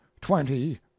twenty